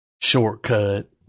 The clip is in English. Shortcut